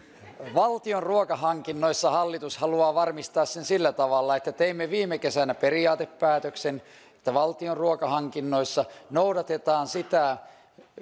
valtion ruokahankinnoissa hallitus haluaa varmistaa sen sillä tavalla että teimme viime kesänä periaatepäätöksen että valtion ruokahankinnoissa noudatetaan sitä